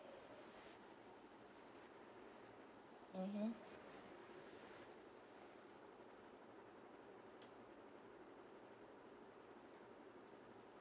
mmhmm